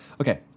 Okay